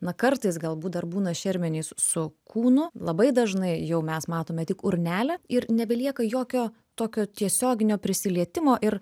na kartais galbūt dar būna šermenys su kūnu labai dažnai jau mes matome tik urnelę ir nebelieka jokio tokio tiesioginio prisilietimo ir